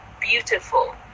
beautiful